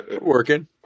working